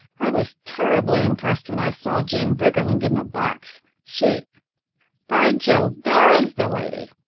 i was terribly impressed when i saw jean briggerland in the box. she by jove, there is the lady!